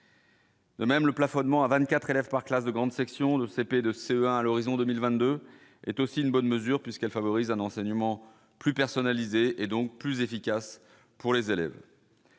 même le plafonnement à 24 élèves par classe de grande section de CP et de CE1 à l'horizon 2022 est aussi une bonne mesure puisqu'elle favorise un enseignement plus personnalisé et donc plus efficace pour les élèves.